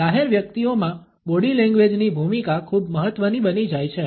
જાહેર વ્યક્તિઓમાં બોડી લેંગ્વેજની ભૂમિકા ખૂબ મહત્વની બની જાય છે